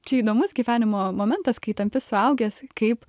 čia įdomus gyvenimo momentas kai tampi suaugęs kaip